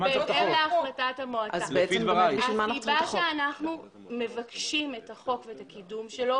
בגלל שאנחנו מבקשים את החוק ואת הקידום שלו,